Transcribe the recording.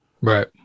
Right